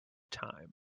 time